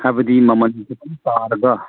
ꯍꯥꯏꯕꯗꯤ ꯃꯃꯟꯗꯨ ꯈꯤꯇꯪ ꯇꯥꯔꯒ